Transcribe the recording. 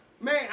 Man